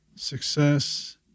Success